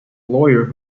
lawyer